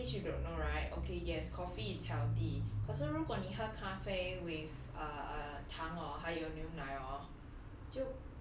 err in case you don't know right okay yes coffee is healthy 可是如果你喝咖啡 with err uh 糖 orh 还有牛奶 orh